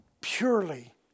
Purely